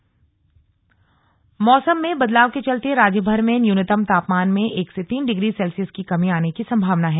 मौसम मौसम में बदलाव के चलते राज्यभर में न्यूनतम तापमान में एक से तीन डिग्री सेल्सियस की कमी आने की संभावना है